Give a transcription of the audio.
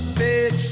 big